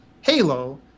Halo